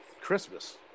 christmas